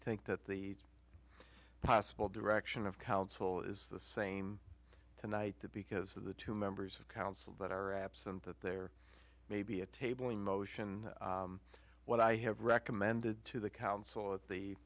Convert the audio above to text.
think that the possible direction of council is the same tonight that because of the two members of council that are absent that there may be a table in motion what i have recommended to the council at the